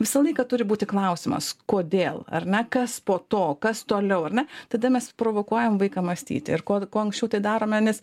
visą laiką turi būti klausimas kodėl ar ne kas po to kas toliau ar ne tada mes provokuojam vaiką mąstyti ir kad kuo anksčiau tai darome nes